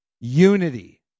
Unity